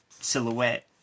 silhouette